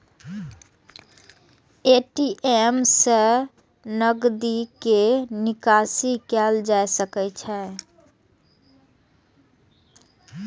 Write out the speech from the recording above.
ATM सं नकदी के निकासी कैल जा सकै छै